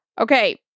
Okay